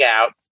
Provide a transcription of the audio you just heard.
out